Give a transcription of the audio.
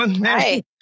Hi